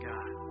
God